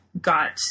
got